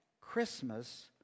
Christmas